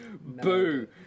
Boo